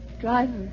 Driver